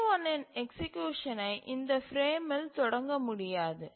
Ti இன் எக்சீக்யூசனை இந்த பிரேமில் தொடங்க முடியாது